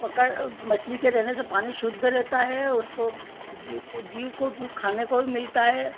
पकड़ मछली के रहने से पानी शुद्ध रहता है और उसको जीव वह जीव को भी खाने को भी मिलता है